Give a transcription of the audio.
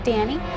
Danny